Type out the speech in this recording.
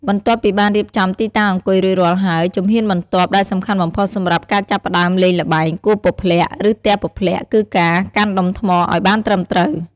បន្ទាប់ពីបានរៀបចំទីតាំងអង្គុយរួចរាល់ហើយ ជំហានបន្ទាប់ដែលសំខាន់បំផុតសម្រាប់ការចាប់ផ្តើមលេងល្បែង គោះពព្លាក់ ឬ ទះពព្លាក់ គឺការ កាន់ដុំថ្មឲ្យបានត្រឹមត្រូវ។